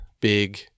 big